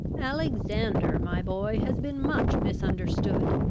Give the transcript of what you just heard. alexander, my boy, has been much misunderstood.